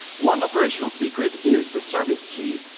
one operational secret is the service key,